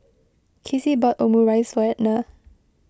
Kizzie bought Omurice for Edna